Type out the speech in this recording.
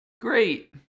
Great